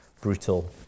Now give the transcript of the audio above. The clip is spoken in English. brutal